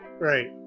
right